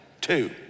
two